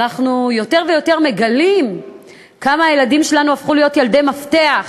יותר ויותר אנחנו מגלים כמה הילדים שלנו הפכו להיות "ילדי מפתח",